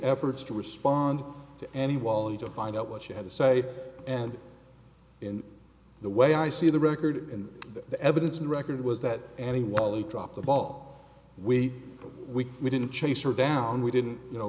efforts to respond to any wally to find out what she had to say and in the way i see the record and the evidence and record was that any wally dropped the ball when we didn't chase her down we didn't you know